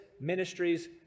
ministries